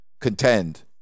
contend